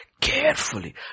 carefully